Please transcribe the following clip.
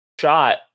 shot